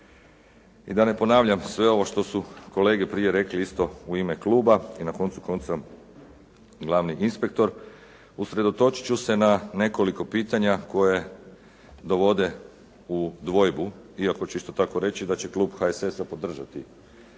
I da ne ponavljam sve ovo što su kolege prije rekli u ime kluba i na koncu konca glavni inspektor, usredotočit ću se na nekoliko pitanja koje dovode u dvojbu, iako ću isto tako reći da će klub HSS-a podržati